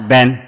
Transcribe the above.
Ben